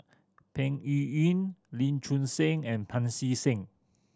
Peng Yuyun Lee Choon Seng and Pancy Seng